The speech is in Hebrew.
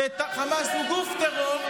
שחמאס הוא גוף טרור.